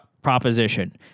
proposition